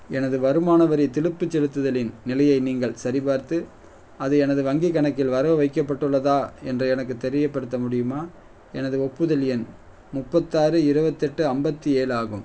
எனது வருமான வரி திருப்பிச் செலுத்துதலின் நிலையை நீங்கள் சரிபார்த்து அது எனது வங்கிக் கணக்கில் வரவு வைக்கப்பட்டுள்ளதா என்று எனக்குத் தெரியப்படுத்த முடியுமா எனது ஒப்புதல் எண் முப்பத்தாறு இருபத்தெட்டு ஐம்பத்தி ஏழு ஆகும்